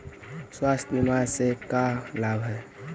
स्वास्थ्य बीमा से का लाभ है?